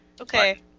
Okay